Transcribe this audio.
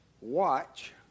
watch